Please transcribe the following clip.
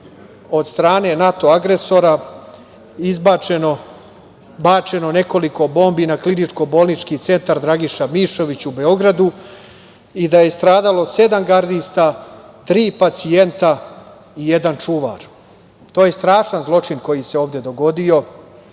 od strane NATO agresora bačeno nekoliko bombi na Kliničko-bolnički centar „Dragiša Mišović“ u Beogradu i da je stradalo sedam gardista, tri pacijenta i jedan čuvar. To je strašan zločin koji se ovde dogodio.